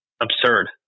absurd